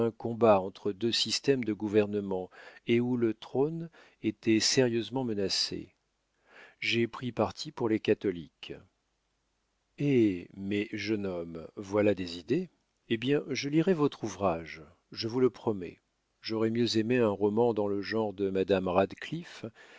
combat entre deux systèmes de gouvernement et où le trône était sérieusement menacé j'ai pris parti pour les catholiques hé mais jeune homme voilà des idées eh bien je lirai votre ouvrage je vous le promets j'aurais mieux aimé un roman dans le genre de madame radcliffe